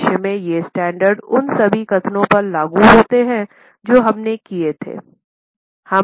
भविष्य में ये स्टैंडर्ड उन सभी कथनों पर लागू होते हैं जो हमने किए थे